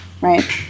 right